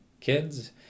kids